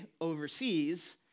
overseas